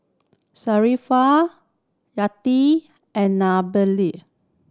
Yati and